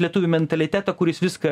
lietuvių mentalitetą kuris viską